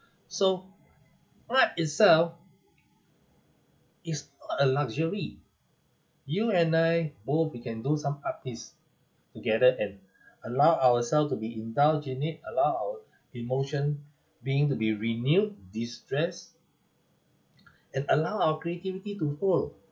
so art itself is a luxury you and I both we can do some art piece together and allow ourselves to be indulged in it allow our emotion being to be renewed distress and allow our creativity to flow